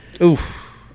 Oof